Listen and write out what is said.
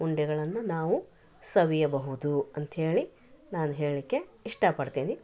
ಉಂಡೆಗಳನ್ನು ನಾವು ಸವಿಯಬಹುದು ಅಂತೇಳಿ ನಾನು ಹೇಳಲಿಕ್ಕೆ ಇಷ್ಟಪಡ್ತೇನೆ